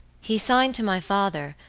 he signed to my father,